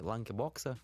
lankė boksą